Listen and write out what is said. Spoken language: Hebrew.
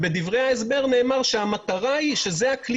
בדברי ההסבר נאמר שהמטרה היא שזה הכלי